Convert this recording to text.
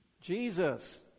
Jesus